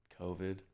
Covid